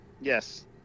Yes